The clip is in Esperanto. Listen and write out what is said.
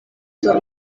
sur